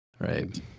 right